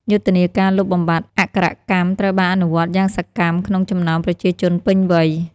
យុទ្ធនាការលុបបំបាត់អក្ខរកម្មត្រូវបានអនុវត្តយ៉ាងសកម្មក្នុងចំណោមប្រជាជនពេញវ័យ។